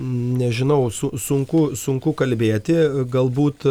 nežinau su sunku sunku kalbėti galbūt